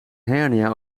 hernia